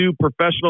professional